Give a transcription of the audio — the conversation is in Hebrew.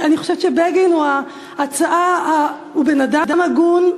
אני חושבת שבגין הוא בן-אדם הגון,